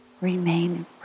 remain